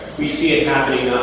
we see it happening